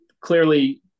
clearly